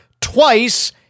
twice